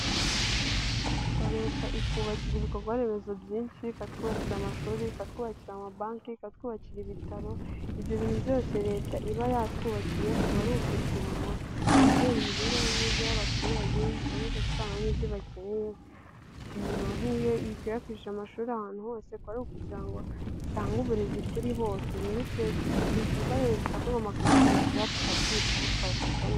Leta itwubakira ibikorwa remezo byinshi ikatwubakira amashuri, ikatwakirawa ama banke, ikatwubakira ibitaro, ibyo bintu byose Leta iba yatwubakiye kuba ari ukugira ngo yongere imibereho myiza y'abaturage ikomeze gutanga n'ibyo bakeneye, nk'iyo ikwirakwije amashuri ahantu hose kuba ari ukugira ngo itange uburezi kuri bose. Rero ibyo ibikorwa remezo tuba tugomba kubisigasira tukabyitaho tukabifata neza.